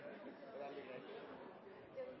Det var veldig